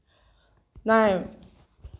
নাই